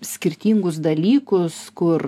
skirtingus dalykus kur